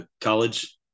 college